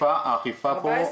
שנקרא אמצעי תשלום תקין,